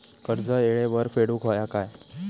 कर्ज येळेवर फेडूक होया काय?